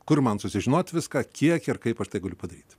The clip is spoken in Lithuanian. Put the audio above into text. kur man sužinoti viską kiek ir kaip aš tai galiu padaryti